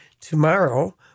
Tomorrow